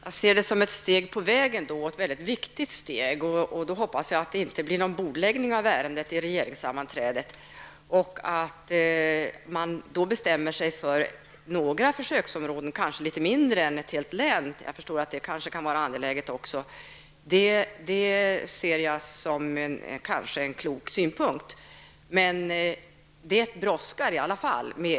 Herr talman! Jag ser detta som ett viktigt steg på vägen, och hoppas jag att det inte blir någon bordläggning av ärendet vid regeringens sammanträde på torsdag. Jag hoppas också att man då bestämmer sig för några försöksområden, kanske något mindre än ett helt län -- jag förstår att även det kan vara angeläget. Detta kan jag vara en klok synpunkt. Ett nytt förslag brådskar under alla förhållanden.